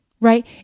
right